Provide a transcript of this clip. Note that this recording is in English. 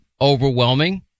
overwhelming